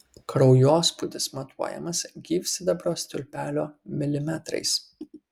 kraujospūdis matuojamas gyvsidabrio stulpelio milimetrais